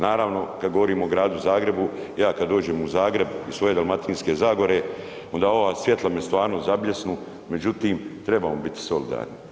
Naravno, kada govorimo o Gradu Zagrebu ja kada dođem u Zagreb iz svoje Dalmatinske zagore onda me ova svjetla tvarno zabljesnu, međutim trebamo biti solidarni.